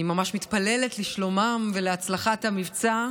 אני ממש מתפללת לשלומם ולהצלחת המבצע.